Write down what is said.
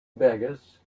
beggars